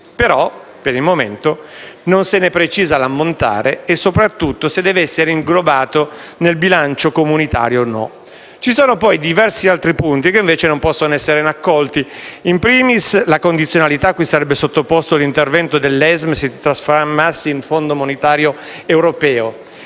per il momento, non se ne precisa l'ammontare e - soprattutto - se deve essere inglobato nel bilancio comunitario, oppure no. Ci sono poi diversi altri punti che, invece, non possono essere accolti, *in primis* la condizionalità cui sarebbe sottoposto l'intervento dell'ESM se si trasformasse in Fondo monetario europeo.